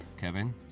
Kevin